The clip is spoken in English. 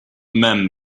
men